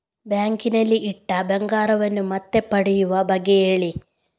bank ನಲ್ಲಿ ಇಟ್ಟ ಬಂಗಾರವನ್ನು ಮತ್ತೆ ಪಡೆಯುವ ಬಗ್ಗೆ ಹೇಳಿ